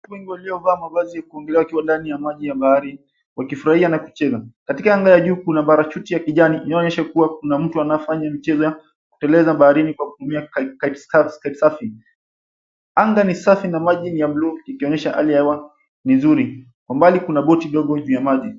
Watu wengi waliovalia mavazi ya kuogelea wakiwa ndani ya maji ya bahari wakifurahia na kucheza. Katika anga ya juu kuna parachuti ya kijani inayoonyesha kwamba kuna mtu anafanya mchezo wa kuteleza baharini kwa kitumia kite surfing . Anga ni safi na maji ni ya buluu ikionyesha hali ya hewa ni nzuri. Kwa mbali kuna boti ndogo juu ya maji.